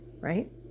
right